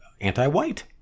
anti-white